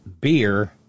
beer